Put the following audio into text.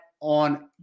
on